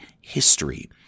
history